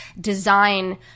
design